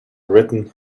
written